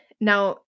now